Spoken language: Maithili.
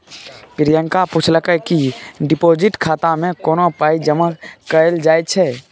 प्रियंका पुछलकै कि डिपोजिट खाता मे कोना पाइ जमा कयल जाइ छै